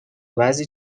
بعضی